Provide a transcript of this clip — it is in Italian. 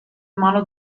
malo